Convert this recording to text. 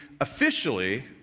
Officially